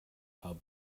hub